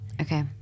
Okay